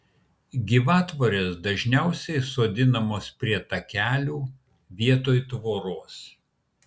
gyvatvorės dažniausiai sodinamos prie takelių vietoj tvoros